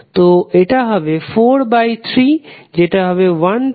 তো এটা হবে 43 যেটা হবে 12687°